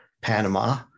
Panama